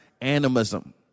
animism